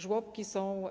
Żłobki są